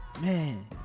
Man